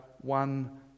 one